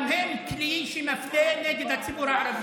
גם הם כלי שמפלה נגד הציבור הערבי.